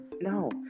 No